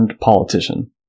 politician